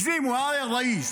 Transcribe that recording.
הגזימו, אה, יא ראיס?